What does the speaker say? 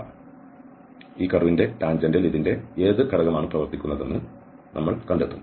അതിനാൽ ഈ കർവ്ന്റെ ടാൻജന്റിൽ ഇതിന്റെ ഏത് ഘടകമാണ് പ്രവർത്തിക്കുന്നതെന്ന് നമ്മൾ കണ്ടെത്തും